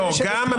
לא, גם.